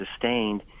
sustained